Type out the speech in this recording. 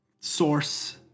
source